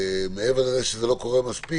מעבר לזה שזה לא קורה מספיק,